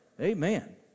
Amen